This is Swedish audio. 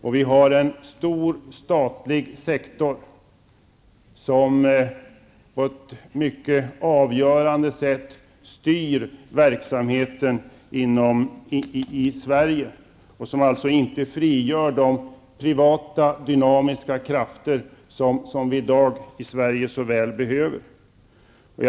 Och vi har en stor statlig sektor som på ett mycket avgörande sätt styr verksamheten i Sverige och som inte frigör de privata och dynamiska krafter som vi i dag så väl behöver i Sverige.